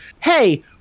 hey